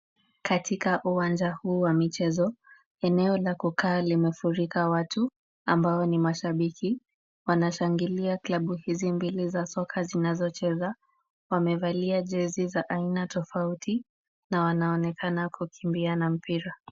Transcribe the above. Katika uwanja huu wa michezo, eneo la kukaa limefurika watu ambao ni mashabiki. Wanashangilia klabu hizi mbili za soka zinazocheza, wamevalia jezi za aina tofauti na wanaonekana kukimbia na mpira.